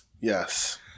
yes